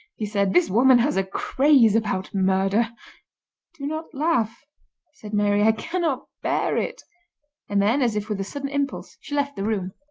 he said, this woman has a craze about murder do not laugh said mary, i cannot bear it and then, as if with a sudden impulse, she left the room.